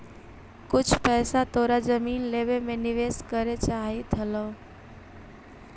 कुछ पइसा तोरा जमीन लेवे में निवेश करे चाहित हलउ